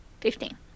Fifteen